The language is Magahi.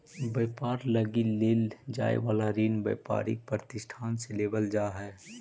व्यापार लगी लेल जाए वाला ऋण व्यापारिक प्रतिष्ठान से लेवल जा हई